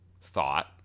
thought